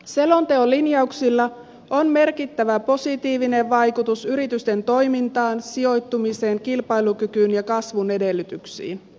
selonteon linjauksilla on merkittävä positiivinen vaikutus yritysten toimintaan sijoittumiseen kilpailukykyyn ja kasvun edellytyksiin